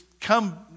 come